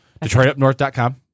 Detroitupnorth.com